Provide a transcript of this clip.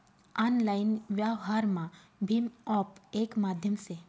online व्यवहारमा भीम app येक माध्यम से